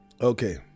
Okay